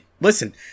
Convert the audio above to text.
Listen